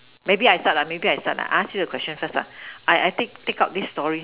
maybe I start lah maybe I start lah I ask you a question first lah I I take take out this story